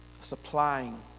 supplying